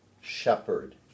shepherd